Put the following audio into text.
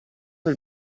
del